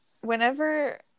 whenever